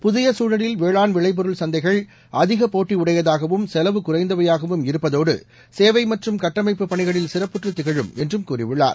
புதிய சூழலில் வேளாண் விளைபொருள் சந்தைகள் அதிக போட்டி உடையதாகவும் செலவு குறைந்தவையாகவும் இருப்பதோடு சேவை மற்றும் கட்டமைப்பு பணிகளில் சிறப்புற்று திகழும் என்றும் கூறியுள்ளார்